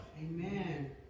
Amen